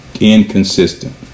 Inconsistent